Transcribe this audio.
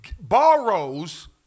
borrows